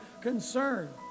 concern